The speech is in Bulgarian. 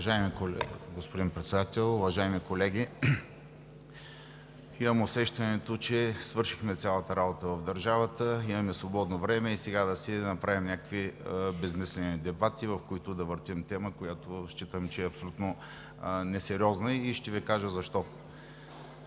Уважаеми господин Председател, уважаеми колеги! Имам усещането, че свършихме цялата работа в държавата, имаме свободно време и сега да си направим някакви безсмислени дебати, в които да въртим тема, която считам, че е абсолютно несериозна и ще Ви кажа защо.